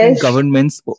governments